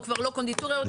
הוא כבר לא קונדיטוריה יותר.